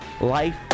life